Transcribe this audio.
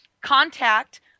Contact